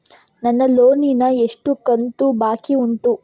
ನನ್ನ ಲೋನಿನ ಎಷ್ಟು ಕಂತು ಬಾಕಿ ಉಂಟು?